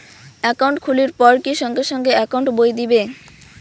Account খুলির পর কি সঙ্গে সঙ্গে একাউন্ট বই দিবে?